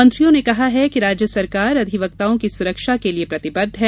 मंत्रियों ने कहा है कि राज्य सरकार अधिवक्ताओं की सुरक्षा के लिये प्रतिबद्ध है